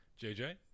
JJ